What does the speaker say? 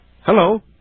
Hello